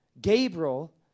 Gabriel